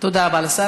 תודה רבה לשר.